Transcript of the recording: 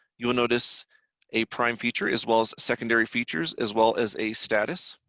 you notice a prime feature as well as secondary features as well as a status.